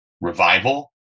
revival